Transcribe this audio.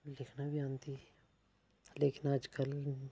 लिखना बी आंदी ही लिखना अज्जकल